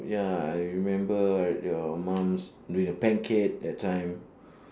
ya I remember uh your mum's doing the pancake that time